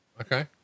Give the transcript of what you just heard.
Okay